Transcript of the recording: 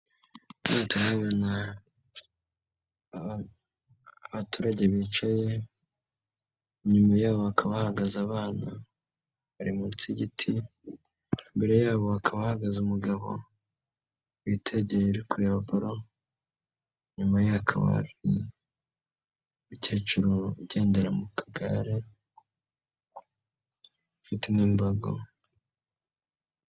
Turahabona abaturage bicaye inyuma yabo hakaba bahagaze abana bari munsi y'igiti, imbere yabo hakaba hahagaze umugabo witegeye uri kureba baro, inyuma ye hakaba hari umukecuru ugendera mu kagare ufite n'imbago.